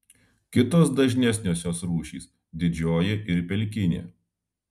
kitos dažnesniosios rūšys didžioji ir pelkinė